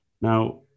Now